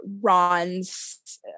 Ron's